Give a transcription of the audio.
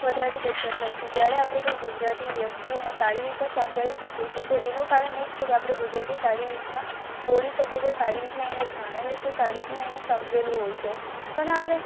વધારે દિક્કત થાય છે જ્યારે આપણે કોઈ ગુજરાતી વ્યક્તિને સારી રીતના સમજાવી શકીએ છે તો એનું કારણ એ જ છે કે આપણે ગુજરાતી સારી રીતના બોલી શકીએ છે સારી રીતના એણે ભણેલું છે સારી રીતના એણે સમજેલું હોય છે પણ આપણે